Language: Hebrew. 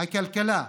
הכלכלה,